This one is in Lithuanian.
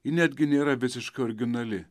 ji netgi nėra visiškai originali